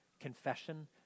confession